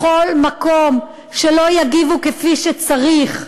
בכל מקום שלא יגיבו כפי שצריך,